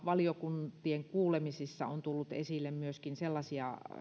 valiokuntien kuulemisissa on tullut esille myöskin sellaisia